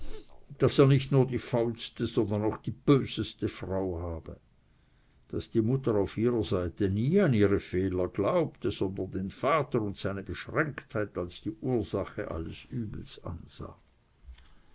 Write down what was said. daß er nicht nur die faulste sondern auch die böseste frau habe daß die mutter auf ihrer seite nie an ihre fehler glaubte sondern den vater und seine beschränktheit als die ursache alles übels ansah